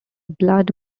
blood